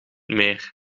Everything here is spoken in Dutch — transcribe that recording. meer